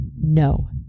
No